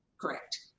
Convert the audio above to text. Correct